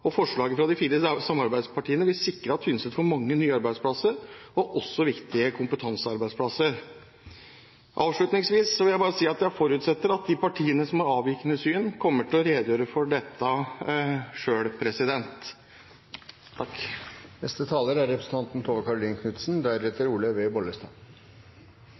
dag. Forslaget fra de fire samarbeidspartiene vil sikre at Tynset får mange nye arbeidsplasser og også viktige kompetansearbeidsplasser. Avslutningsvis vil jeg si at jeg forutsetter at de partiene som har avvikende syn, kommer til å redegjøre for dette selv. Dette representantforslaget, som er